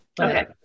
Okay